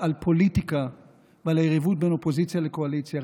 על פוליטיקה ועל היריבות בין אופוזיציה לקואליציה,